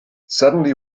suddenly